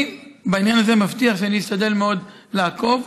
אני בעניין הזה מבטיח שאני אשתדל מאוד לעקוב,